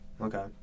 Okay